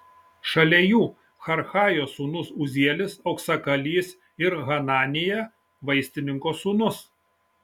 šalia jų harhajos sūnus uzielis auksakalys ir hananija vaistininko sūnus